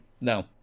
no